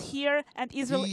הסכמי אברהם,